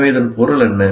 எனவே இதன் பொருள் என்ன